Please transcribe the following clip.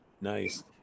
Nice